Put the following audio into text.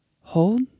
hold